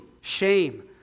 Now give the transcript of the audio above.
shame